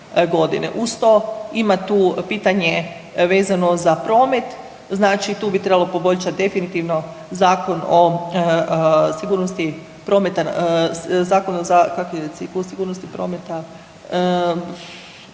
Uz to ima tu pitanje vezano za promet, znači tu bi trebalo poboljšati definitivno Zakon o sigurnosti prometa, kako ide, o sigurnosti prometa